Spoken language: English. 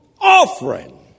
offering